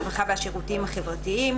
הרווחה והשירותים החברתיים",